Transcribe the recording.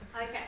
Okay